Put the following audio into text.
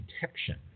detection